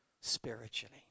spiritually